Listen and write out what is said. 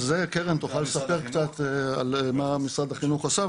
קרן תוכל לספר קצת מה משרד החינוך עשה.